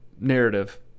narrative